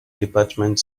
department